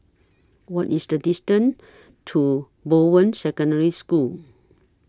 What IS The distance to Bowen Secondary School